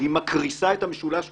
היא מקריסה את המשולש כולו,